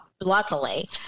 luckily